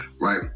right